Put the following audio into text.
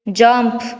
jump